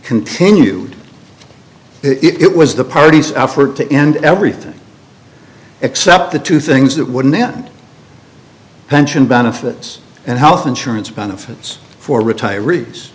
continued it was the party's effort to end everything except the two things that wouldn't end pension benefits and health insurance benefits for retirees